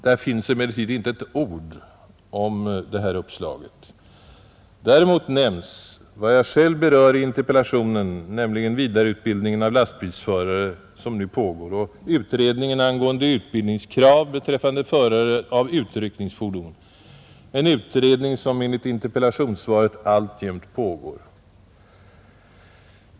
Där finns emellertid inte ett ord om det här uppslaget. Däremot nämns vad jag själv berör i interpellationen, nämligen vidareutbildningen av lastbilsförare som nu pågår, och utredningen angående utbildningskrav beträffande förare av utryckningsfordon, en utredning som enligt interpellationssvaret alltjämt pågår.